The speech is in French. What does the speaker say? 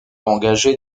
engager